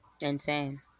Insane